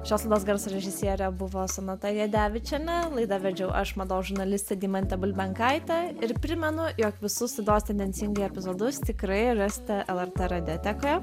šios laidos garso režisierė buvo sonata jadevičienė laidą vedžiau aš mados žurnalistė deimantė bulbenkaitė ir primenu jog visus laidos tendencingai epizodus tikrai rasite lrt radiotekoje